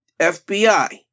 FBI